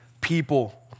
people